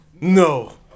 No